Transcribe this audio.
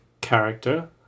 character